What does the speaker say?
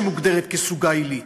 שמוגדרת כסוגה עילית,